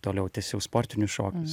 toliau tęsiau sportinius šokius